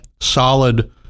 solid